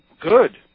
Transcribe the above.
good